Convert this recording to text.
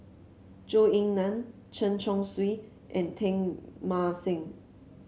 Zhou Ying Nan Chen Chong Swee and Teng Mah Seng